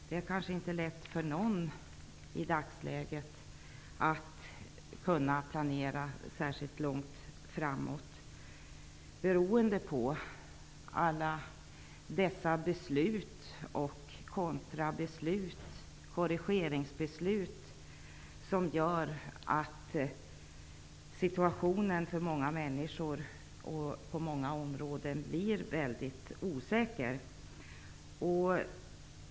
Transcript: Det är kanske inte lätt för någon i dagsläget att planera särskilt långt framåt beroende på alla de beslut, kontrabeslut och korrigeringsbeslut som gör att situationen för många människor blir väldigt osäker på många områden.